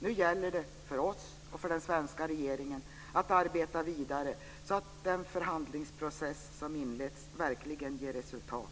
Nu gäller det för oss och för den svenska regeringen att arbeta vidare, så att den förhandlingsprocess som inletts verkligen ger resultat.